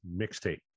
mixtape